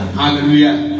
hallelujah